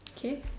K